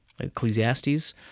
Ecclesiastes